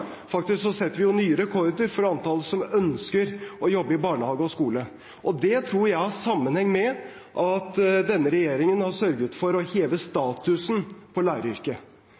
setter vi nye rekorder for antallet som ønsker å jobbe i barnehage og skole. Det tror jeg har sammenheng med at denne regjeringen har sørget for å heve statusen på læreryrket.